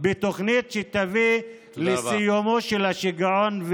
בתוכנית שתביא לסיומו של השיגעון,